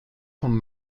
von